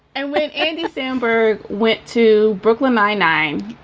and when andy samberg went to brooklyn, my nine.